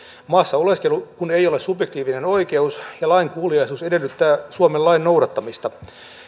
maassa oleskelu kun ei ole subjektiivinen oikeus ja lainkuuliaisuus edellyttää suomen lain noudattamista